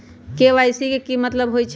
KYC के कि मतलब होइछइ?